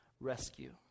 rescue